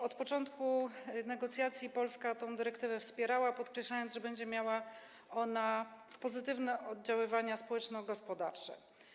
Od początku negocjacji Polska tę dyrektywę wspierała, podkreślając, że będzie miała ona pozytywne oddziaływania społeczno-gospodarcze.